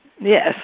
Yes